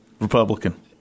Republican